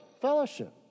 Fellowship